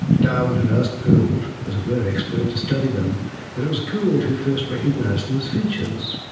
darwin had asked gould, as a bird expert, to study them, and it was gould who first recognised them as finches.